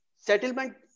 Settlement